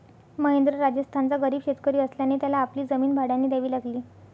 महेंद्र राजस्थानचा गरीब शेतकरी असल्याने त्याला आपली जमीन भाड्याने द्यावी लागली